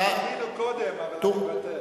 היינו קודם, אבל אני מוותר.